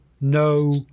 no